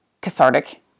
cathartic